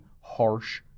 harsh